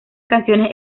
canciones